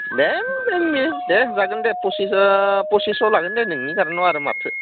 दे नोंनि दे जागोन दे पसिस पसिस्स' लागोन दे नोंनि कारनाव आरो माथो